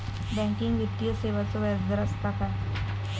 Banking वित्तीय सेवाचो व्याजदर असता काय?